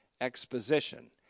exposition